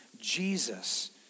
Jesus